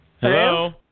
Hello